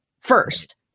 first